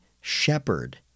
shepherd